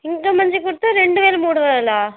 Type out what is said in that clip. ఇంత మంచిగా కుడితే రెండువేలు మూడువేలా